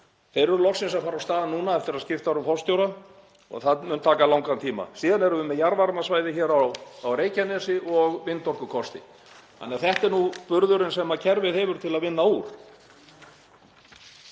þeir eru loksins að fara af stað núna eftir að skipt var um forstjóra og mun það taka langan tíma. Síðan erum við með jarðvarmasvæði á Reykjanesi og vindorkukosti. Þannig að þetta er nú burðurinn sem kerfið hefur til að vinna úr.